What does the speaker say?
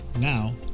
Now